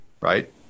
right